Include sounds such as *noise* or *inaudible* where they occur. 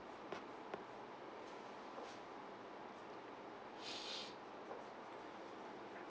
*breath*